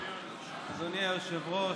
אדוני היושב-ראש,